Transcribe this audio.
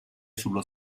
sulla